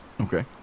Okay